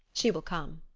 she will come.